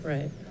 Right